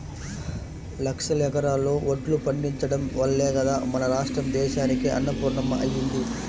లక్షల ఎకరాల్లో వడ్లు పండించడం వల్లే గదా మన రాష్ట్రం దేశానికే అన్నపూర్ణమ్మ అయ్యింది